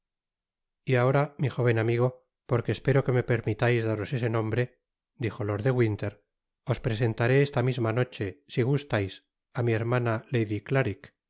y ahora mi jóven amigo porque espero que me permitais daros ese nombre dijo lord de winter os presentaré esta misma noche si gustais á mi hermana